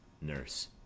Nurse